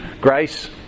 grace